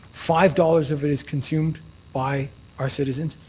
five dollars of it is consumed by our citizens.